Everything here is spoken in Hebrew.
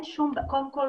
קודם כל,